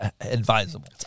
advisable